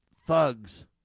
thugs